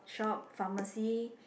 shop pharmacy